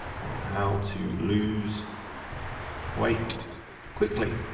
on how to lose weight quickly.